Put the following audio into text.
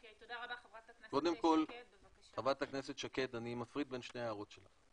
חברת הכנסת שקד, אני מפריד בין שתי ההערות שלך.